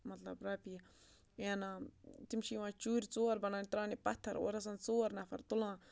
مطلب رۄپیہِ انعام تِم چھِ یِوان چوٗرِ ژور بَناونہِ ترٛاوانہِ پَتھر اورٕ آسان ژور نَفر تُلان